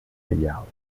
reial